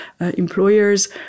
employers